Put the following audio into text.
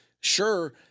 Sure